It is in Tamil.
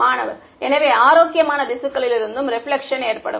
மாணவர் எனவே ஆரோக்கியமான திசுக்களிலிருந்தும் ரெபிலக்ஷன் ஏற்படும்